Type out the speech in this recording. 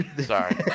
Sorry